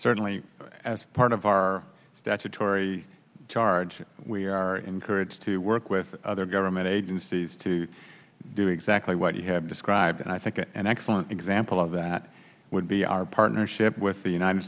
certainly as part of our statutory charge we are encouraged to work with other government agencies to do exactly what you have described and i think an excellent example of that would be our partnership with the united